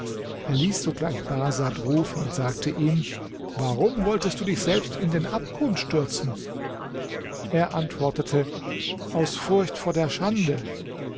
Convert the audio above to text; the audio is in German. er ließ sogleich bahsad rufen und sagte ihm warum wolltest du dich selbst in den abgrund stürzen er antwortete aus furcht vor der schande